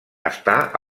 està